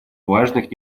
важных